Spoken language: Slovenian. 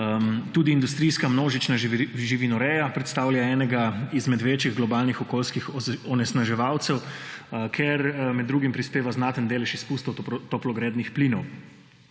Tudi industrijska množična živinoreja predstavlja enega izmed večjih globalnih okoljskih onesnaževalcev, ker med drugim prispeva znaten delež izpustov toplogrednih plinov.